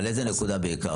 על איזה נקודה בעיקר,